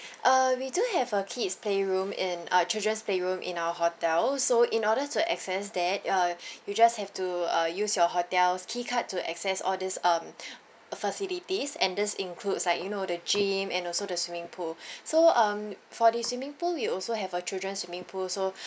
uh we do have a kid's playroom in uh children's playroom in our hotel so in order to access that uh you just have to uh use your hotel's key card to access all these um facilities and this includes like you know the gym and also the swimming pool so um for the swimming pool we also have a children swimming pool so